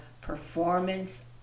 performance